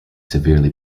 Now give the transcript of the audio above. severely